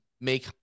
make